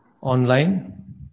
online